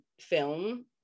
film